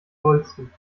dollsten